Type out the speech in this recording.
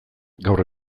gaur